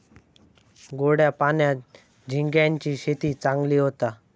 गोड्या पाण्यात झिंग्यांची शेती चांगली होता